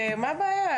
מה הבעיה?